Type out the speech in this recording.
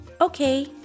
Okay